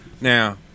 Now